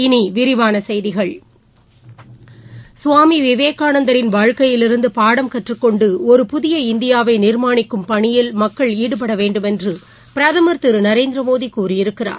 இனி விரிவான செய்திகள் சுவாமி விவேகானந்தரின் வாழ்க்கையிலிருந்து பாடம் கற்றக்கொண்டு ஒரு புதிய இந்திபாவை நிர்மாணிக்கும் பணியில் மக்கள் ஈடுபடவேண்டும் என்று பிரதமர் திரு நரேந்திரமோடி கூறியிருக்கிறார்